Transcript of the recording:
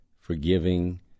forgiving